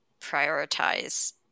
prioritize